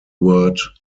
word